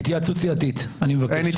התייעצות סיעתית אני מבקש.